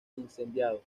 incendiado